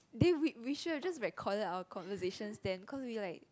then we we should just recorded our conversation then cause we like